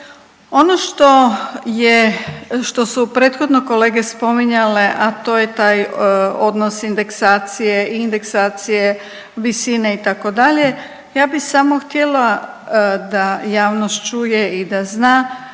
Ono što su prethodno kolege spominjale, a to je taj odnos indeksacije i indeksacije visine itd. ja bih samo htjela da javnost čuje i da zna